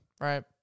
right